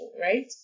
Right